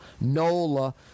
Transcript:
nola